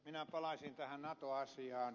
minä palaisin tähän nato asiaan